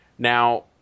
Now